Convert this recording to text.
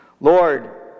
Lord